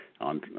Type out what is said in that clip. on